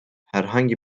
herhangi